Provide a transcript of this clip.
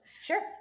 Sure